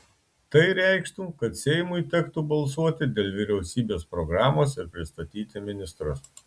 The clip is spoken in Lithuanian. tai reikštų kad seimui tektų balsuoti dėl vyriausybės programos ir pristatyti ministrus